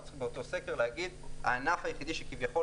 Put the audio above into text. רק שבאותו סקר צריך להגיד שהענף היחידי שכביכול